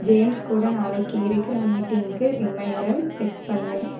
James கூட நாளைக்கு இருக்கிற மீட்டிங்க்கு ரிமைண்டர் செட் பண்ணு